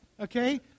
Okay